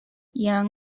young